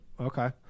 Okay